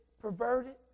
perverted